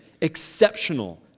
exceptional